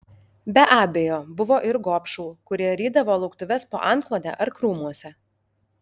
be abejo buvo ir gobšų kurie rydavo lauktuves po antklode ar krūmuose